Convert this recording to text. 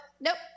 nope